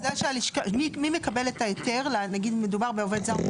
מי מקבל את ההיתר, במידה ומדובר בעובד זר?